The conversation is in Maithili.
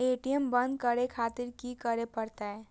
ए.टी.एम बंद करें खातिर की करें परतें?